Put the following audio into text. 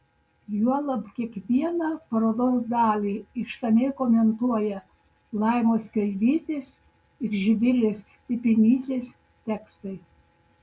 juolab kiekvieną parodos dalį išsamiai komentuoja laimos kreivytės ir živilės pipinytės tekstai